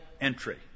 entry